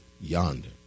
yonder